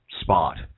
spot